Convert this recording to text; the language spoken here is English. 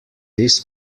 this